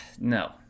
no